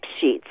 sheets